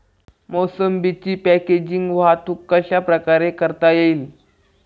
मोसंबीची पॅकेजिंग वाहतूक कशाप्रकारे करता येईल?